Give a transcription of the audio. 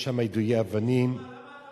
יש שם יידויי אבנים, למה?